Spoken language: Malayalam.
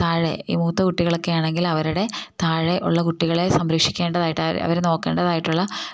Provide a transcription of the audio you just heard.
താഴെ ഈ മൂത്ത കുട്ടികളൊക്കെ ആണെങ്കിൽ അവരുടെ താഴെ ഉള്ള കുട്ടികളെ സംരക്ഷിക്കേണ്ടതായിട്ട് അവരെ നോക്കേണ്ടതായിട്ടുള്ള